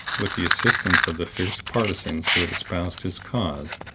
with the assistance of the fierce partisans who had espoused his cause,